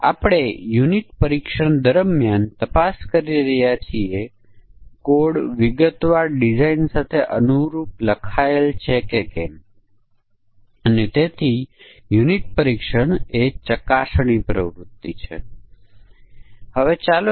તેથી આપણે સમકક્ષ વર્ગોની રચના કરવાની જરૂર છે આપણે આના કાર્યાત્મક વર્ણનને જોવાની જરૂર છે અને ઑપરેશનના દૃશ્યો કયા છે તે તપાસો